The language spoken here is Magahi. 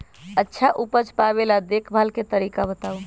अच्छा उपज पावेला देखभाल के तरीका बताऊ?